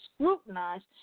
scrutinized